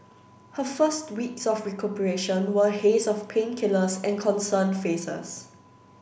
her first weeks of recuperation were a haze of painkillers and concerned faces